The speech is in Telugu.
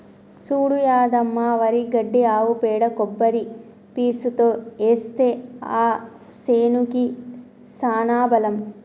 చూడు యాదమ్మ వరి గడ్డి ఆవు పేడ కొబ్బరి పీసుతో ఏస్తే ఆ సేనుకి సానా బలం